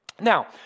Now